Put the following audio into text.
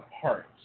parts